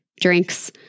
drinks